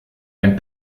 ein